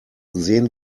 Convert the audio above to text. sehen